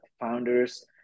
founders